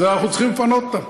אז אנחנו צריכים לפנות אותם.